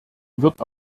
wird